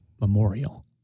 memorial